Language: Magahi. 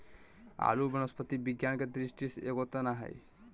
आलू वनस्पति विज्ञान के दृष्टि से एगो तना हइ